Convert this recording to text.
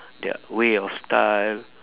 their way of style